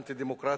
אנטי-דמוקרטית,